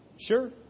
Sure